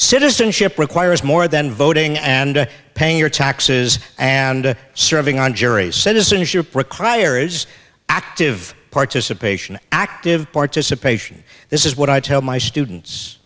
citizenship requires more than voting and paying your taxes and serving on juries citizenship requires active participation active participation this is what i tell my students